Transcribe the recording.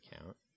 account